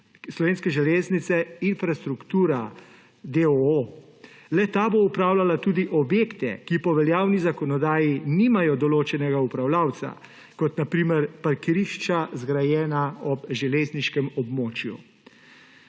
Slovenske železnice - Infrastruktura, d. o. o. Le-ta bo upravljala tudi objekte, ki po veljavni zakonodaji nimajo določenega upravljavca, kot na primer parkirišča, zgrajena ob železniškem območju.